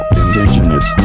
indigenous